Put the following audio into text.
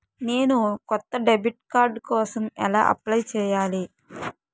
నేను కొత్త debit card కోసం ఎలా అప్లయ్ చేయాలి?